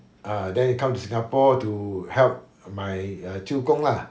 ah then he come to singapore to help my 舅公 lah